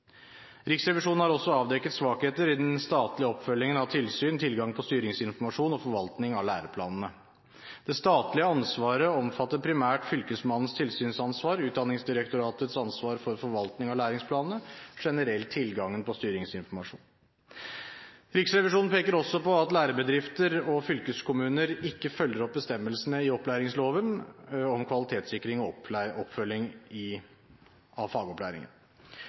Riksrevisjonen har også avdekket svakheter i den statlige oppfølgingen av tilsyn, tilgangen på styringsinformasjon og forvaltningen av læreplanene. Det statlige ansvaret omfatter primært Fylkesmannens tilsynsansvar, Utdanningsdirektoratets ansvar for forvaltning av læreplanene og generelt tilgangen til styringsinformasjon. Riksrevisjonen peker også på at lærebedrifter og fylkeskommuner ikke følger opp bestemmelsene i opplæringsloven om kvalitetssikring og oppfølging av fagopplæringen.